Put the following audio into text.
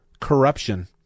corruption